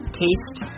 taste